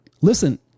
Listen